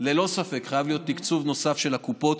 ללא ספק חייב להיות תקצוב נוסף של הקופות.